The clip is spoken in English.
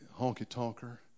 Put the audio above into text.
honky-tonker